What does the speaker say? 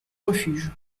refuge